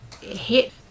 hit